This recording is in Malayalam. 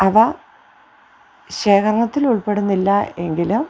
അവ ശേഖരണത്തിൽ ഉൾപ്പെടുന്നില്ല എങ്കിലും